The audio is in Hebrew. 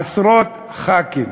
עשרות ח"כים.